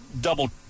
double